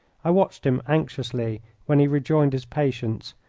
i watched him anxiously when he rejoined his patients,